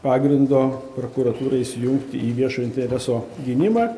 pagrindo prokuratūrai įsijungti į viešojo intereso gynimą